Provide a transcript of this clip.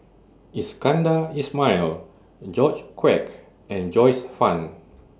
Iskandar Ismail George Quek and Joyce fan